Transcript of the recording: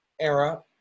era